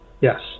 Yes